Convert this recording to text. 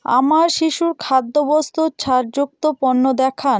আমায় শিশুর খাদ্যবস্তুর ছাড়যুক্ত পণ্য দেখান